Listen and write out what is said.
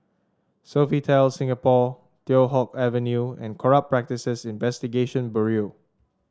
Sofitel Singapore Teow Hock Avenue and Corrupt Practices Investigation Bureau